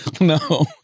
no